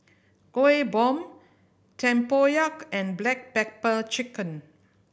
Kueh Bom tempoyak and black pepper chicken